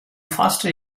faster